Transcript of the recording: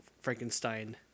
frankenstein